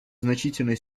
значительной